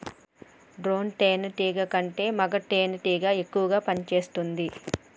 drone తేనే టీగా అంటే మగ తెనెటీగ ఎక్కువ పని చేస్తుంది